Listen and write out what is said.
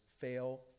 fail